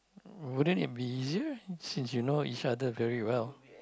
wouldn't it be easier since you know each other very well